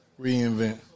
reinvent